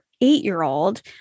eight-year-old